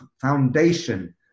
foundation